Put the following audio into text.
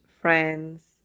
friends